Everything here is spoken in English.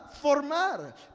formar